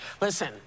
listen